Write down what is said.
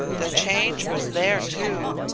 the change was there, too.